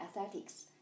aesthetics